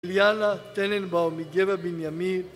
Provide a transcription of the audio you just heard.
איליאנה(?) טננבאום מגבע בנימין